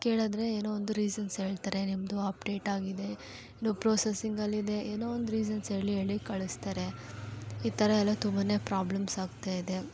ಕೇಳಿದ್ರೆ ಏನೋ ಒಂದು ರೀಸನ್ಸ್ ಹೇಳ್ತಾರೆ ನಿಮ್ಮದು ಅಪ್ಡೇಟ್ ಆಗಿದೆ ಇನ್ನೂ ಪ್ರೋಸೆಸಿಂಗಲ್ಲಿ ಇದೆ ಏನೋ ಒಂದು ರೀಸನ್ಸ್ ಹೇಳಿ ಹೇಳಿ ಕಳಿಸ್ತಾರೆ ಈ ಥರ ಎಲ್ಲ ತುಂಬ ಪ್ರಾಬ್ಲಮ್ಸ್ ಆಗ್ತಾಯಿದೆ